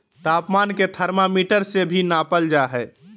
तापमान के थर्मामीटर से भी नापल जा हइ